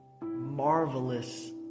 marvelous